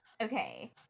okay